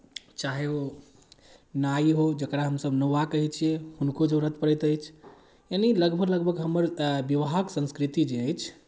चाहे ओ नाइ हो जकरा हमसभ नौआ कहै छियै हुनको जरूरत पड़ैत अछि यानि लगभग लगभग हमर विवाहक संस्कृति जे अछि